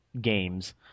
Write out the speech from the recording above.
games